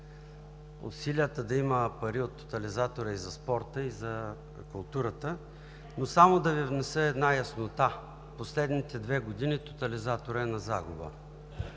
усилията да има пари от тотализатора и за спорта, и за културата. Само да Ви внеса една яснота – в последните две години тотализаторът е на загуба.